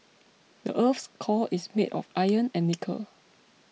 the earth's core is made of iron and nickel